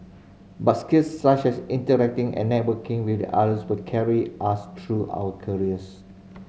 but skills such as interacting and networking with others will carry us through our careers